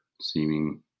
seeming